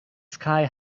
sky